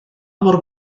mor